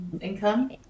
Income